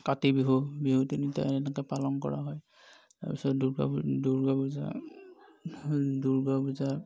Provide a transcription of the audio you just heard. কাতি বিহু বিহু তিনিটা এনেকৈ পালন কৰা হয় তাৰপিছত দুৰ্গা দুৰ্গা পূজা দুৰ্গা পূজা